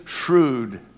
shrewd